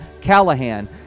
Callahan